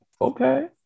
okay